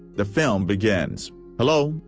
the film begins hello,